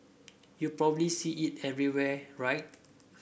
you probably see it everywhere right